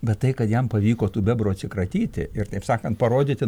bet tai kad jam pavyko tų bebrų atsikratyti ir taip sakant parodyti